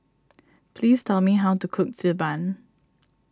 please tell me how to cook Xi Ban